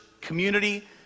community